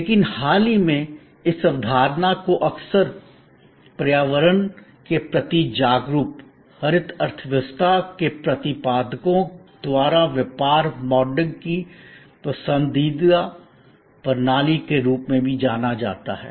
लेकिन हाल ही में इस अवधारणा को अक्सर पर्यावरण के प्रति जागरूक हरित अर्थव्यवस्था के प्रतिपादकों द्वारा व्यापार मॉडलिंग की पसंदीदा प्रणाली के रूप में भी जाना जाता है